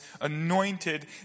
anointed